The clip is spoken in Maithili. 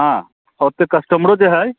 हँ ओतेक कस्टमरो जे हइ